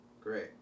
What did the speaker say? great